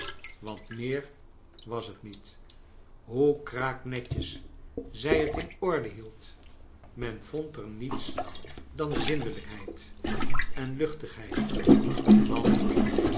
want meer was het niet hoe kraaknetjes zij het in orde hield men vond er niets dan zindelijkheid en luchtigheid want